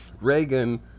Reagan